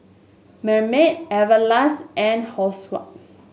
Marmite Everlast and